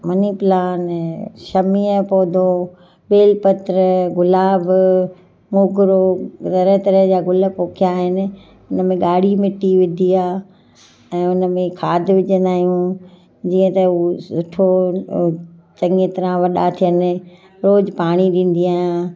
money plant शमीअ जो पौधो बेलपत्र गुलाब मोगिरो तरह तरह जा गुल पोखिया आहिनि इन में ॻाढ़ी मिटी विदी आहे ऐं उन में खाद विझंदा आहियूं जीअं त उहो सुठो चङीअ तरह वॾा थियनि रोजु पाणी ॾींदी आहियां